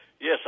Yes